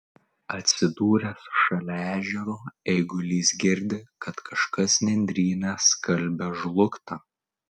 atsidūręs šalia ežero eigulys girdi kad kažkas nendryne skalbia žlugtą